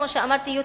כמו שאמרתי,